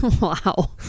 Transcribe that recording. Wow